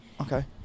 Okay